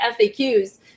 FAQs